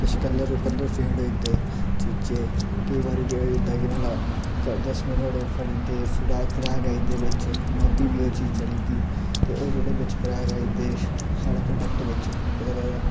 किश colour colour faint होई दे चीज़ें केईं बारी केह् होंदा कि तसमें नुहाड़े फटी दे थोह्डा क्रैक आई दे बिच पर फ्ही बी ओह् चीज़ चली दी ते ओह् जेह्ड़े बिच क्रैक आई जंदे ओह् साढ़े प्रोडक्ट बिच कदें कदें